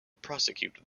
prosecute